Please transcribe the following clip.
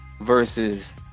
versus